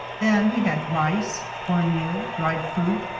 then we had rice, cornmeal, dried fruit,